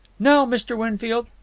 now, mr. winfield.